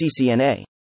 CCNA